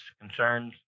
concerns